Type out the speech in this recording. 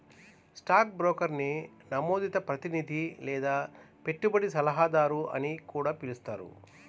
stock బ్రోకర్ని నమోదిత ప్రతినిధి లేదా పెట్టుబడి సలహాదారు అని కూడా పిలుస్తారు